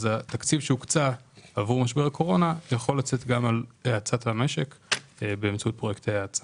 התקציב שהוקצה עבור משבר הקורונה יכול גם לצאת באמצעות פרויקטי האצה.